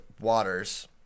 Waters